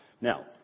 Now